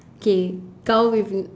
okay cow with